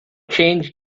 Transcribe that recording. change